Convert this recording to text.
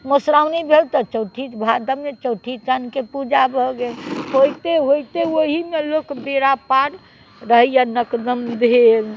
मधुश्राओनी भेल तऽ चौठी भादबमे चौठीचानके पूजा भऽ गेल होइते होइते ओहिमे लोक बेरा पार रहैया नकदम भेल